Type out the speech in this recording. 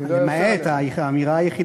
למעט האמירה היחידה, למה?